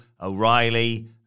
O'Reilly